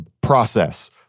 process